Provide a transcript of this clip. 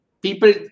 people